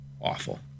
awful